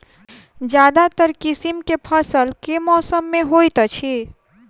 ज्यादातर किसिम केँ फसल केँ मौसम मे होइत अछि?